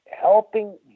helping